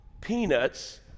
peanuts